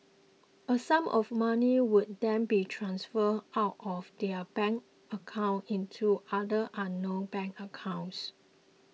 a sum of money would then be transferred out of their bank account into other unknown bank accounts